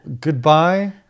goodbye